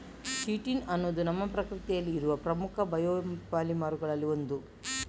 chitin ಅನ್ನುದು ನಮ್ಮ ಪ್ರಕೃತಿಯಲ್ಲಿ ಇರುವ ಪ್ರಮುಖ ಬಯೋಪಾಲಿಮರುಗಳಲ್ಲಿ ಒಂದು